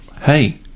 hey